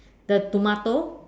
the tomato